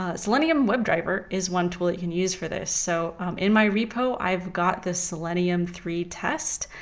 ah selenium webdriver is one tool that you can use for this. so in my repo i've got this selenium three test,